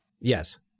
yes